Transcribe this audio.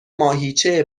ماهیچه